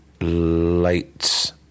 late